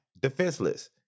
defenseless